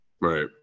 Right